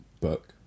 book